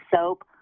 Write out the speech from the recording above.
soap